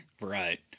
right